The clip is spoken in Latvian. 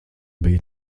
bija